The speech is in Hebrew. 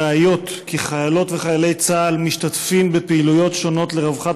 ראיות כי חיילות וחיילי צה"ל משתתפים בפעילויות שונות לרווחת